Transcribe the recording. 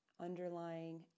underlying